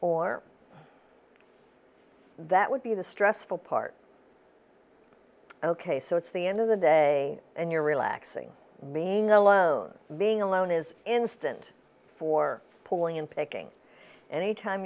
or that would be the stressful part ok so it's the end of the day and you're relaxing being alone being alone is instant for pulling in picking any time